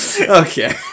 Okay